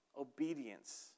obedience